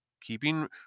keeping